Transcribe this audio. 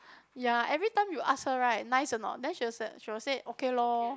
ya every time you ask her right nice or not then she was she will said okay lor